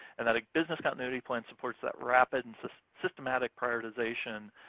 and that a business continuity plan supports that rapid and systematic prioritization,